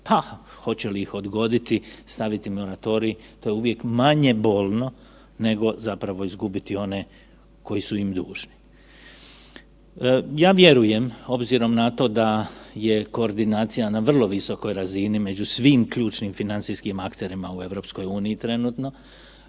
pa hoće li odgoditi, staviti moratorij, to je uvijek manje bolno nego zapravo izgubiti one koji su im dužni. Ja vjerujem obzirom na to obzirom na to da je koordinacija na vrlo visokoj razini među svim ključnim financijskim akterima u EU trenutno,